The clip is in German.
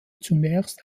zunächst